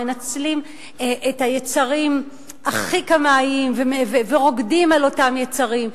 מנצלים את היצרים הכי קמאיים ורוקדים על אותם יצרים.